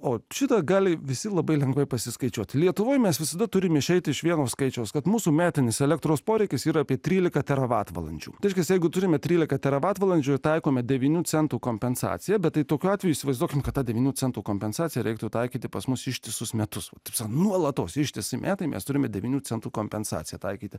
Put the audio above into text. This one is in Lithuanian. o šitą gali visi labai lengvai pasiskaičiuoti lietuvoje mes visada turime išeiti iš vieno skaičiaus kad mūsų metinis elektros poreikis yra apie trylika teravatvalandžių reiškia jeigu turime trylika teravatvalandžių taikome devynių centų kompensaciją bet tokiu atveju įsivaizduokime kad ta devynių centų kompensacija reiktų taikyti pas mus ištisus metus taps nuolatos ištisai metai mes turime devynių centų kompensaciją taikyti